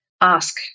ask